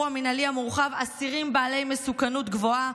המינהלי המורחב אסירים בעלי מסוכנות גבוהה,